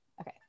Okay